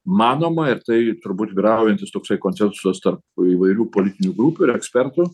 manoma ir tai turbūt vyraujantis toksai konsensusas tarp įvairių politinių grupių ir ekspertų